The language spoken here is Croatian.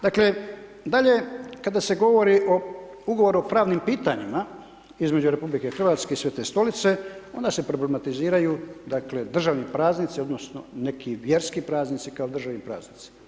Dakle, dalje kada se govori o Ugovoru o pravnim pitanjima između RH i Svete Stolice, onda se problematiziraju, dakle, državni praznici odnosno neki vjerski praznici kao državni praznici.